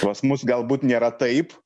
pas mus galbūt nėra taip